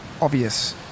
obvious